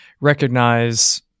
recognize